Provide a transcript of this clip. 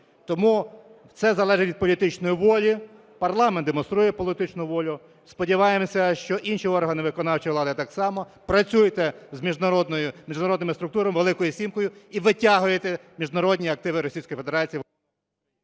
Тому все залежить від політичної волі. Парламент демонструє політичну волю. Сподіваємося, що інші органи виконавчої влади так само. Працюйте з міжнародними структурами, "Великою сімкою" і витягуйте міжнародні активи